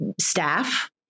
staff